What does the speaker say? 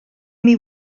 imi